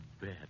bet